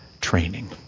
training